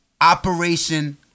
operation